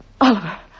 Oliver